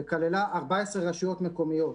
וכללה 14 רשויות מקומיות,